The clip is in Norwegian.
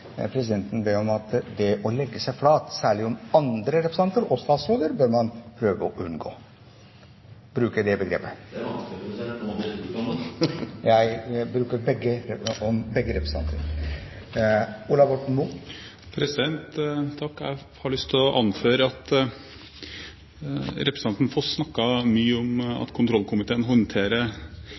Presidenten vil be om at begrepet «å legge seg flat», særlig brukt om andre representanter og statsråder, bør man prøve å unngå. Det er vanskelig når man blir spurt om det. Jeg mente begge representantene. Jeg har lyst til å anføre at representanten Foss snakket mye om at kontrollkomiteen håndterer